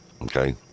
okay